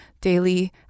daily